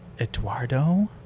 Eduardo